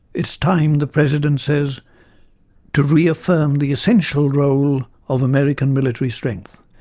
it is time, the president says to reaffirm the essential role of american military strength.